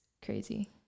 Crazy